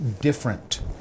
different